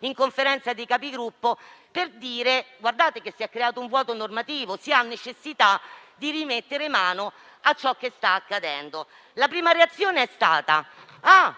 in Conferenza dei Capigruppo per segnalare un vuoto normativo e la necessità di rimettere mano a ciò che stava accadendo. La prima reazione è stata